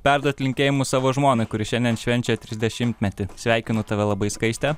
perduot linkėjimus savo žmonai kuri šiandien švenčia trisdešimtmetį sveikinu tave labai skaiste